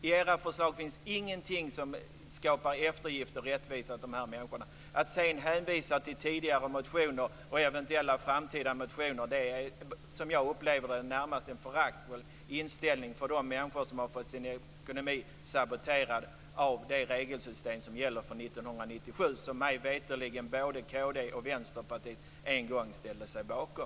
I era förslag finns ingenting som skapar eftergift och rättvisa åt de här människorna. Att sedan hänvisa till tidigare motioner och eventuella framtida motioner är som jag upplever det närmast en föraktfull inställning mot de människor som har fått sin ekonomi saboterad av det regelsystem som gäller för 1997 och som mig veterligt både kd och Vänsterpartiet en gång ställde sig bakom.